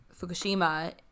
Fukushima